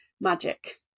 magic